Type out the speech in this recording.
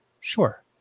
sure